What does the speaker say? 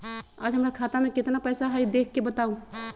आज हमरा खाता में केतना पैसा हई देख के बताउ?